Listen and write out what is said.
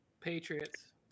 Patriots